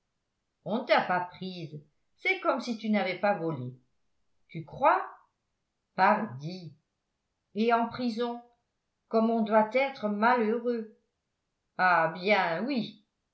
on ne t'a pas prise c'est comme si tu n'avais pas volé tu crois pardi et en prison comme on doit être malheureux ah bien oui